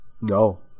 no